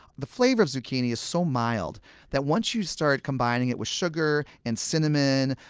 the flavor of zucchini is so mild that once you start combining it with sugar and cinnamon,